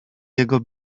jego